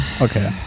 okay